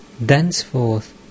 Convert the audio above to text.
Thenceforth